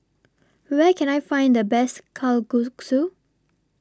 Where Can I Find The Best Kalguksu